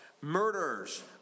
murders